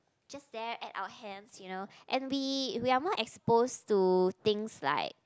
just there at our hands you know and we we are more exposed to things like